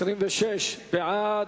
26 בעד,